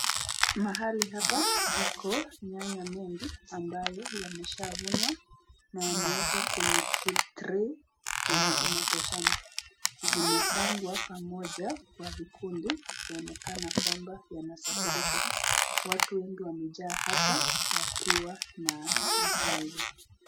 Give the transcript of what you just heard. Mahali hapa iko nyanya mingi ambayo yameshavunwa na yameekwa kwenye krti yenye inatoshana, zimepangwa pamoja kwa vikundi inaonekana kwamba yanasafirishwa, watu wengi wamejaa hapa wakiwa na vifaa hivi.